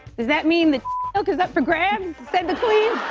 does that mean the is up for grabs? said the queen.